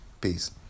Peace